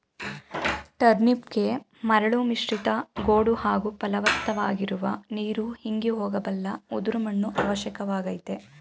ಟರ್ನಿಪ್ಗೆ ಮರಳು ಮಿಶ್ರಿತ ಗೋಡು ಹಾಗೂ ಫಲವತ್ತಾಗಿರುವ ನೀರು ಇಂಗಿ ಹೋಗಬಲ್ಲ ಉದುರು ಮಣ್ಣು ಅವಶ್ಯಕವಾಗಯ್ತೆ